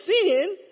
sin